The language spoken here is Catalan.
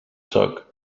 sóc